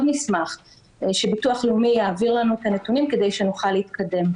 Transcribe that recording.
נשמח שביטוח לאומי יעביר לנו את הנתונים כדי שנוכל להתקדם.